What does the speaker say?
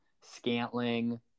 Scantling